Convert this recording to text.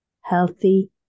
healthy